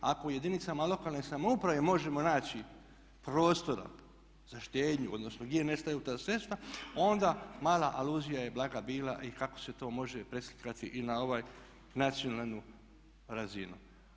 Ako u jedinicama lokalne samouprave možemo naći prostora za štednju, odnosno gdje nestaju ta sredstva onda mala aluzija je blaga bila i kako se to može preslikati i na ovu nacionalnu razinu.